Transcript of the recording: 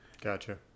Gotcha